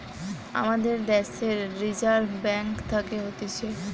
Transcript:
আমাদের দ্যাশের Reserve Bank থাকে হতিছে